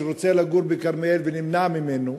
שרוצה לגור בכרמיאל ונמנע ממנו,